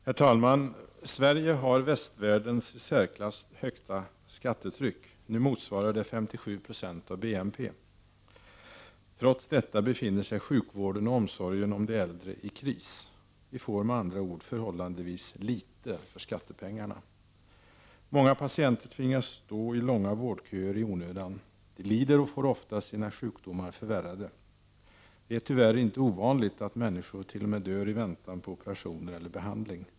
Herr talman! Sverige har västvärldens i särklass högsta skattetryck. Nu motsvarar det 57 20 av BNP. Trots detta befinner sig sjukvården och omsorgen om de äldre i kris. Vi får med andra ord förhållandevis litet för skattepengarna. Många patienter tvingas stå i långa vårdköer i onödan. De lider och får ofta sina sjukdomar förvärrade. Det är tyvärr inte ovanligt att människor t.o.m. dör i väntan på operationer eller annan behandling.